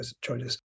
choices